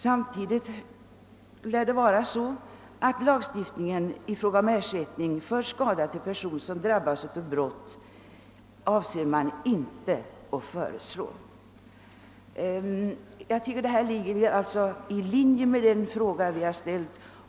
Samtidigt lär det emellertid vara så, att man inte ämnar föreslå ersättning för skada till person som drabbas av brott. Jag tycker att den frågan ligger i linje med den fråga vi har ställt.